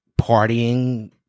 partying